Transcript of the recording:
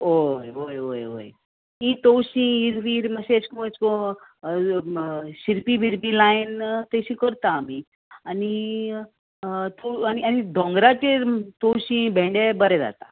वोय वोय वोय ती तवशीं हीर वीर मातशें एशको एश कोन शिरपी बिरपी लायन तशी करता आमी आनी आनी आनी दोंगराचेर तवशीं भेंडे बरें जाता